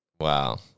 Wow